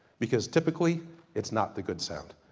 because typically it's not the good sound.